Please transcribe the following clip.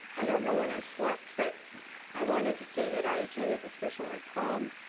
i don't know when i slept. but i wanted to say that i attend the special ed prom,